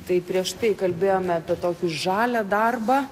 tai prieš tai kalbėjome apie tokį žalią darbą